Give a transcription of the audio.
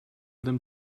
them